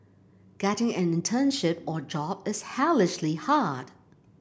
getting an internship or job is hellishly hard